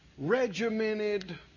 Regimented